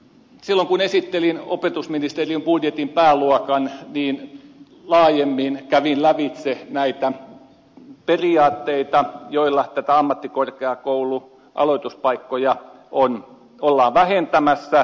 silloin kun esittelin opetusministeriön budjetin pääluokan laajemmin kävin lävitse näitä periaatteita joilla näitä ammattikorkeakoulujen aloituspaikkoja ollaan vähentämässä